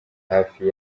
hafi